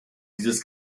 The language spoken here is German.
dieses